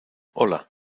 hola